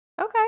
Okay